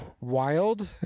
wild